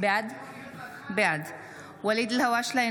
בעד ואליד אלהואשלה,